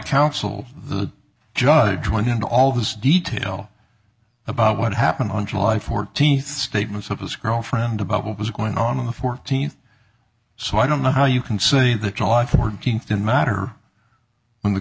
counsel the judge went into all this detail about what happened on july fourteenth statements of his girlfriend about what was going on on the fourteenth so i don't know how you can see the top fourteenth in matter when the